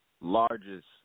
largest